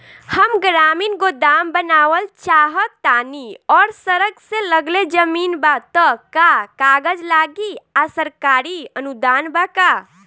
हम ग्रामीण गोदाम बनावल चाहतानी और सड़क से लगले जमीन बा त का कागज लागी आ सरकारी अनुदान बा का?